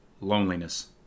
loneliness